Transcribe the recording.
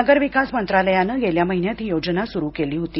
नगर विकास मंत्रालयानं गेल्या महिन्यात ही योजना सुरू केली होती